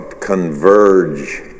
converge